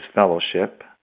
fellowship